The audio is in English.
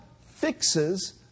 fixes